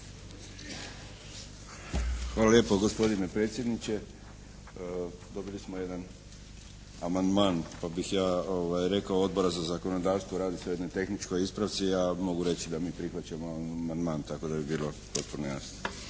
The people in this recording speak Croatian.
Hvala lijepo gospodine predsjedniče. Dobili smo jedan amandman pa bih ja rekao, Odbora za zakonodavstvo. Radi se o jednoj tehničkoj ispravci, a mogu reći da mi prihvaćamo amandman tako da bi bilo potpuno jasno.